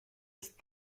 ist